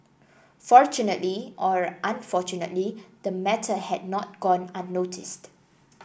fortunately or unfortunately the matter had not gone unnoticed